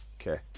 Okay